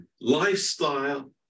lifestyle